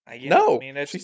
No